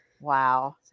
Wow